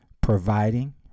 Providing